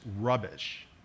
rubbish